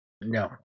No